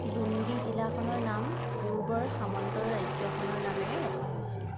বুণ্ডী জিলাখনৰ নাম পূৰ্বৰ সামন্ত ৰাজ্যখনৰ নামেৰে ৰখা হৈছিল